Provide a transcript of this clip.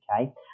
okay